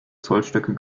zollstöcke